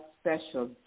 special